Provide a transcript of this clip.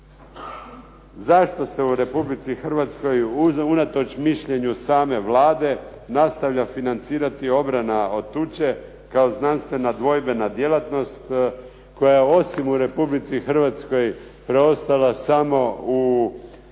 Zašto se u Republici Hrvatskoj, unatoč mišljenju same Vlade, nastavlja financirati obrana od tuče, kao znanstvena dvojbena djelatnost, koja osim u Republici Hrvatskoj preostala samo u zemljama